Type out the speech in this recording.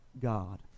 God